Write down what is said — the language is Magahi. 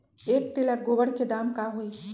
एक टेलर गोबर के दाम का होई?